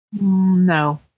No